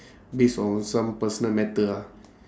based on some personal matter ah